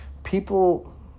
People